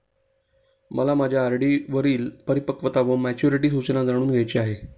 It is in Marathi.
मला माझ्या आर.डी वरील परिपक्वता वा मॅच्युरिटी सूचना जाणून घ्यायची आहे